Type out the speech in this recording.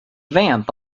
vamp